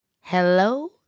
hello